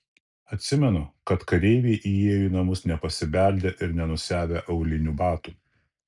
atsimenu kad kareiviai įėjo į namus nepasibeldę ir nenusiavę aulinių batų